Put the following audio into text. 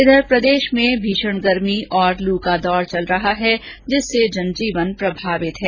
इधर प्रदेश में भीषण गर्मी और लू का दौर चल रहा है जिससे जनजीवन प्रभावित है